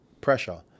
pressure